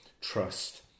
trust